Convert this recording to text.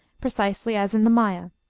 precisely as in the maya,